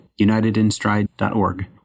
unitedinstride.org